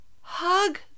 Hug